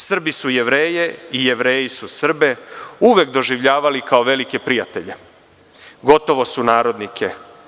Srbi su Jevreje i Jevreji su Srbe uvek doživljavali kao velike prijatelje, gotovo sunarodnike.